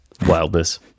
wildness